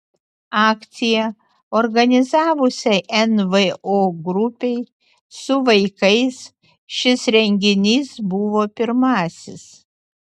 akciją organizavusiai nvo grupei su vaikais šis renginys buvo pirmasis